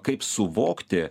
kaip suvokti